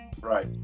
Right